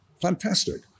fantastic